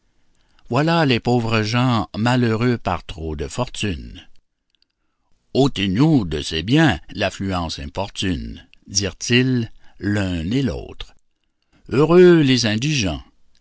voilà les pauvres gens malheureux par trop de fortune ôtez-nous de ces biens l'affluence importune dirent-ils l'un et l'autre heureux les indigents